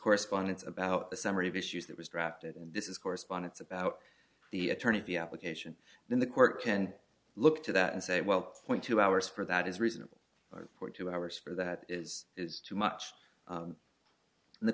correspondence about the summary of issues that was drafted and this is correspondence about the attorney of the application then the court can look to that and say well point two hours for that is reasonable for two hours for that is is too much